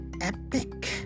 epic